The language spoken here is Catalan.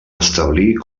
establir